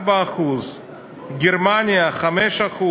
4%. גרמניה -5%.